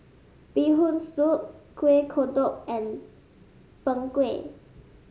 Bee Hoon Soup Kueh Kodok and Png Kueh